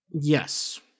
yes